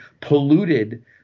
polluted